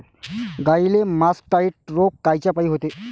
गाईले मासटायटय रोग कायच्यापाई होते?